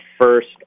first